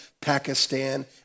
Pakistan